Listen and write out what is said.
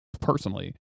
personally